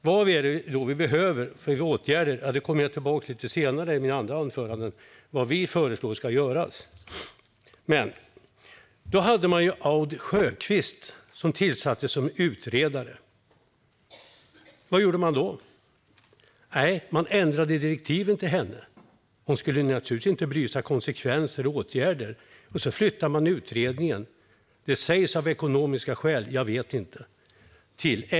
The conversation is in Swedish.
Vad är det då vi behöver för åtgärder? Vad vi föreslår ska göras kommer jag tillbaka till senare i mina andra anföranden. Då tillsatte man Aud Sjökvist som utredare. Vad gjorde man då? Man ändrade i direktiven till henne. Hon skulle naturligtvis inte belysa konsekvenser och åtgärder. Så flyttade man utredningen till MSB - det sägs att det var av ekonomiska skäl; jag vet inte.